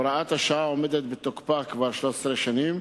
הוראת השעה עומדת בתוקפה כבר 13 שנים.